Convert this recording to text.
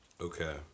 Okay